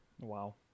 wow